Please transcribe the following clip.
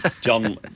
John